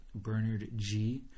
bernardg